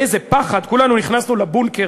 איזה פחד, כולנו נכנסנו לבונקר.